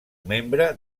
membre